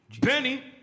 Benny